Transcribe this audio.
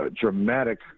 dramatic